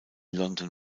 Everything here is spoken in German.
london